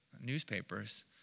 newspapers